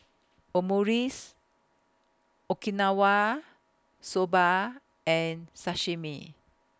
Omurice Okinawa Soba and Sashimi